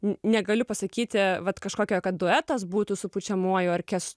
negaliu pasakyti vat kažkokio kad duetas būtų su pučiamuoju orkestruotu